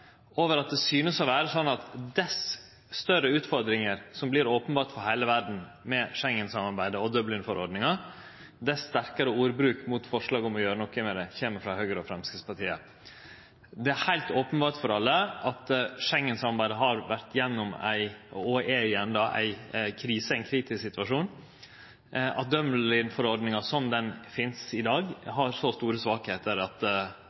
over at det synest å vere sånn at dess større utfordringar for heile Schengen-samarbeidet og Dublin-forordninga som vert openberra, dess sterkare ordbruk kjem det frå Høgre og Framstegspartiet mot forslaga om å gjere noko med det. Det er heilt openbert for alle at Schengen-samarbeidet har vore, og er, i ein kritisk situasjon, og at Dublin-forordninga slik som ho er i dag, har så store svakheiter at